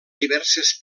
diverses